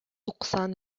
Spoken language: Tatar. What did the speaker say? туксан